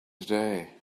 today